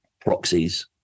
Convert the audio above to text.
proxies